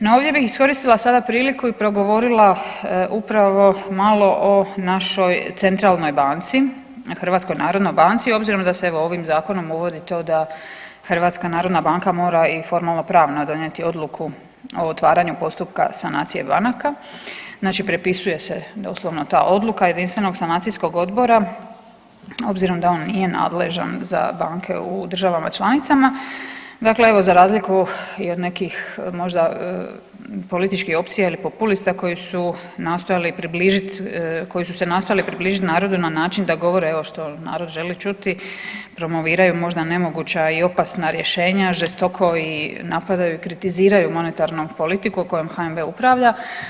No ovdje bih iskoristila sada priliku i progovorila upravo malo o našoj centralnoj banci, HNB, obzirom da se evo ovim zakonom uvodi to da HNB mora i formalnopravno donijeti odluku o otvaranju postupka sanacije banaka, znači prepisuje se doslovno ta odluka Jedinstvenog sanacijskog odbora obzirom da on nije nadležan za banke u državama članicama, dakle evo za razliku i od nekih možda političkih opcija ili populista koji su nastojali približit, koji su se nastojali približit narodu na način da govore evo što narod želi čuti, promoviraju možda nemoguća i opasna rješenja, žestoko i napadaju i kritiziraju monetarnu politiku kojom HNB upravlja.